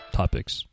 topics